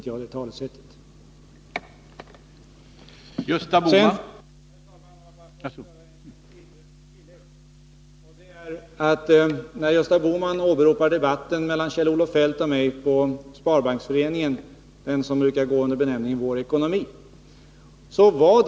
Får jag bara, herr talman, göra ett litet tillägg. Gösta Bohman åberopar debatten mellan Kjell-Olof Feldt och mig på Sparbanksföreningens konferens, den som brukar gå under benämningen Vårt ekonomiska läge.